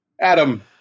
Adam